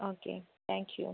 okay thank you